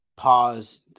pause